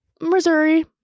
Missouri